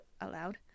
aloud